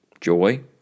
joy